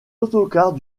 autocars